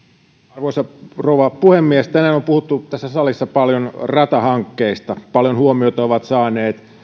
arvoisa rouva puhemies tänään on puhuttu tässä salissa paljon ratahankkeista paljon huomiota ovat saaneet